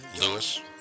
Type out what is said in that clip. Lewis